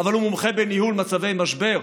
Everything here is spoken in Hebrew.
אבל הוא מומחה בניהול מצבי משבר.